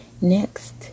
Next